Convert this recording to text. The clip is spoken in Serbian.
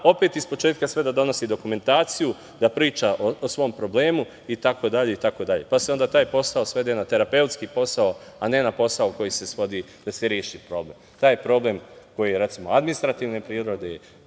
opet ispočetka sve da donosi, dokumentaciju, da priča o svom problemu itd. pa se onda taj posao svede na terapeutski posao, a ne na posao koji se svodi da se reši problem. Taj problem koji je recimo administrativne prirode,